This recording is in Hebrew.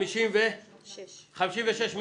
שלשום יכולת לעקוץ אותי.